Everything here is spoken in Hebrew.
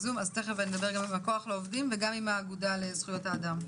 ותכף נדבר עם כוח לעובדים וגם עם האגודה לזכויות האדם.